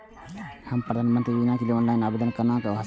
हम प्रधानमंत्री योजना के लिए ऑनलाइन आवेदन केना कर सकब?